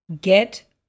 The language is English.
get